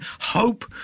hope